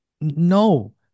no